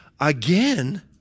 again